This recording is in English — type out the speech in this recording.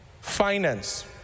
finance